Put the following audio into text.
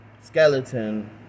Skeleton